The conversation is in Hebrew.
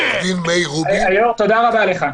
עורך דין מאיר רובין --- היו"ר, תודה רבה לך.